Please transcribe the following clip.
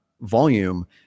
volume